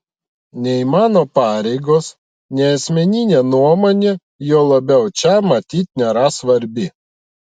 nei mano pareigos nei asmeninė nuomonė juo labiau čia matyt nėra svarbi